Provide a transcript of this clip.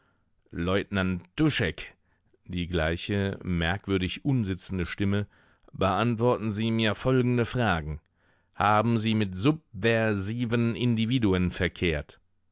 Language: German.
leutnant duschek die gleiche merkwürdig unsitzende stimme beantworten sie mir folgende fragen haben sie mit sub ver siven individuen verkehrt